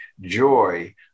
joy